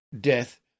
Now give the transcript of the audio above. Death